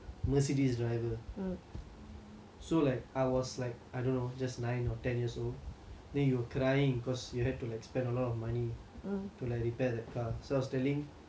so like I was like I don't know just nine or ten years old then you were crying because you had to like spend a lot of money to repair the car so I was telling err when you were crying I was saying err